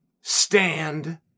stand